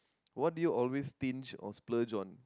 what do you always stinge or splurge on